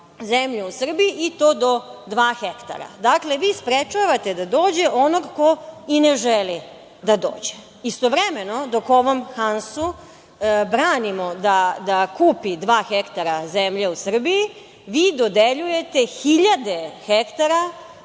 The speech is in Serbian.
zemlju u Srbiji, i to do dva hektara. Dakle, vi sprečavate da dođe onog ko i ne želi da dođe. Istovremeno, dok ovom Hansu branimo da kupi dva hektara zemlje u Srbiji, vi dodeljujete hiljade hektara